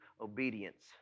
obedience